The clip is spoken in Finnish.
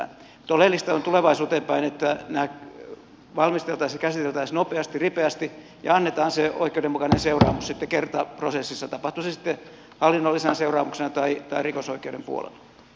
mutta oleellista on tulevaisuuteen päin että nämä valmisteltaisiin ja käsiteltäisiin nopeasti ripeästi ja annetaan se oikeudenmukainen seuraamus sitten kertaprosessissa tapahtuu se sitten hallinnollisena seuraamuksena tai rikosoikeuden puolella